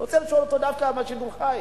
אני רוצה לשאול אותו דווקא בשידור חי.